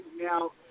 now